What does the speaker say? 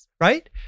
right